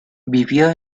vivió